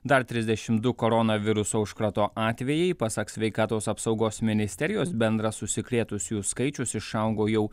dar trisdešim du koronaviruso užkrato atvejai pasak sveikatos apsaugos ministerijos bendras užsikrėtusiųjų skaičius išaugo jau